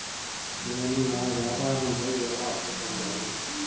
నేను నా వ్యాపారం పై ఎలా అప్పు పొందాలి?